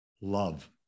Love